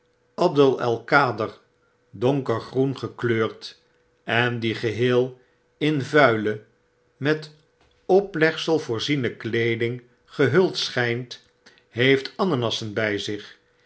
donker groen gekleurd en die geheei in vuile met op legsel voorziene weeding gehuld schpt heeft ananassen bjj zich